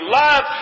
love